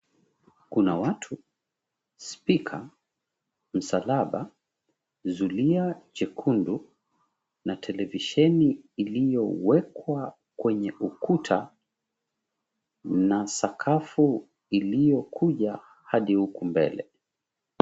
Kuna watu, spika, msalaba, zulia jekundu na televisheni iliyowekwa kwenye ukuta na sakafu iliyo kuja hadi huku mbele.